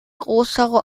größere